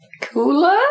cooler